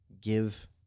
give